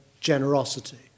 generosity